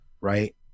right